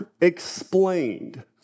explained